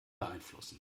beeinflussen